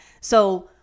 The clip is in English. So-